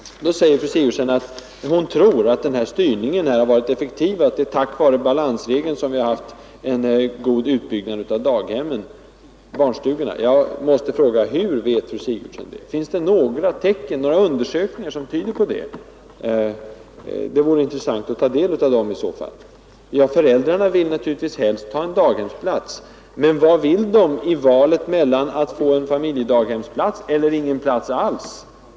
Fru Sigurdsen säger att hon tror att den här styrningen varit effektiv och att det är tack vare balansregeln som vi haft en god utbyggnad av barnstugorna. Jag måste fråga: Hur vet fru Sigurdsen det? Finns det några undersökningar som tyder på det? Det vore intressant att få ta del av dem i så fall. De flesta föräldrar vill helst ha en daghemsplats, men vad vill de i valet mellan att få en familjedaghemsplats och att inte få någon plats alls?